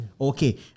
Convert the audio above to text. Okay